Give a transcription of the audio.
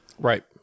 Right